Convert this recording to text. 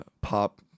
pop